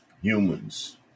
Humans